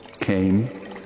came